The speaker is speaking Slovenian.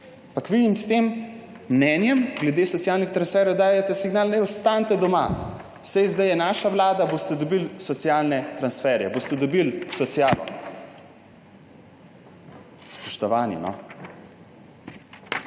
Ampak vi jim s tem mnenjem glede socialnih transferjev dajete signal, ostanite doma, saj zdaj je naša vlada, boste dobili socialne transferje, boste dobili socialo. Spoštovani, no!